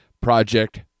Project